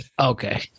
Okay